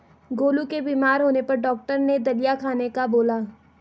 गोलू के बीमार होने पर डॉक्टर ने दलिया खाने का बोला